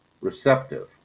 Receptive